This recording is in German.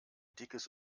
dickes